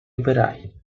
operai